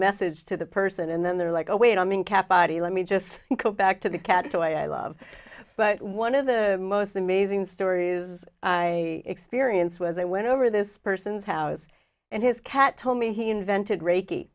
message to the person and then they're like oh wait i'm in captivity let me just go back to the cat who i love but one of the most amazing stories is i experience was i went over this person's house and his cat told me he invented reiki